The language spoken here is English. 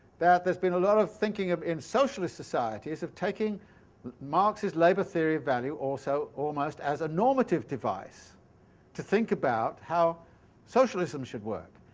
that there's been a lot of thinking in socialist societies of taking but marx's labour theory of value also almost as a normative device to think about how socialism should work.